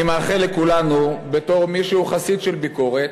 אני מאחל לכולנו בתור מי שהוא חסיד של ביקורת,